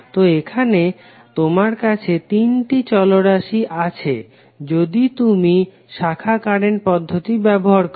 তো এখানে তোমার কাছে তিনটি চল রাশি আছে যদি তুমি শাখা কারেন্ট পদ্ধতি ব্যবহার করো